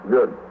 Good